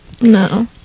no